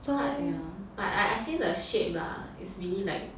quite ya but I I've seen the shape lah is really like